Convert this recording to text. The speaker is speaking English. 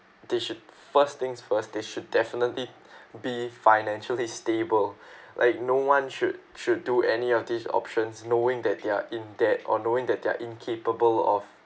they should first things first they should definitely be financially stable like no one should should do any of these options knowing that they're in debt or knowing that they're incapable of